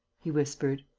he whispered.